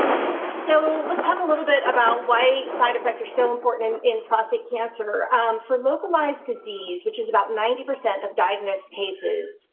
so let's talk a little bit about why side effects are so important in prostate cancer for localized disease, which is about ninety percent of diagnose cases.